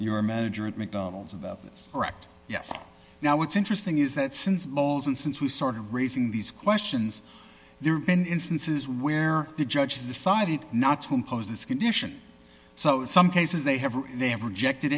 your manager at mcdonald's about this correct yes now what's interesting is that since bowles and since we started raising these questions there have been instances where the judges decided not to impose this condition so some cases they have they have rejected